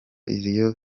iyo